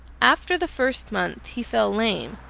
after the first month he fell lame,